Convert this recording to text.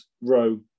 row